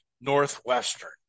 Northwestern